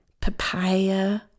papaya